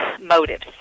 motives